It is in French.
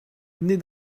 nées